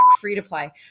free-to-play